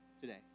today